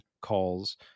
calls